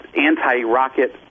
anti-rocket